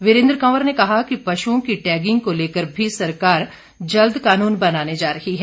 वीरेंद्र कंवर ने कहा कि पश्ओं की टैगिंग को लेकर भी सरकार जल्द कानून बनाने जा रही है